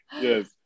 Yes